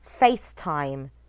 FaceTime